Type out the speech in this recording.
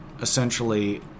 essentially